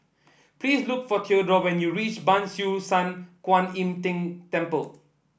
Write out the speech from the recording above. please look for Theodore when you reach Ban Siew San Kuan Im Tng Temple